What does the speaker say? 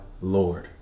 Lord